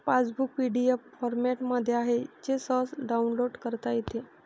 passbook PDF फॉरमॅटमध्ये आहे जे सहज डाउनलोड करता येते